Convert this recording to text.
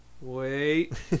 Wait